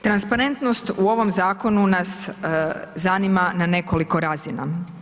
Transparentnost u ovom zakonu nas zanima na nekoliko razina.